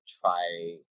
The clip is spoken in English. try